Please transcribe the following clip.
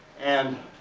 and